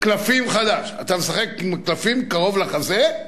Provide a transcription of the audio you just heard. קלפים חדש: אתה משחק עם קלפים קרוב לחזה,